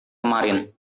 kemarin